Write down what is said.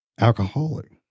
alcoholic